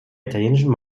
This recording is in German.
italienischen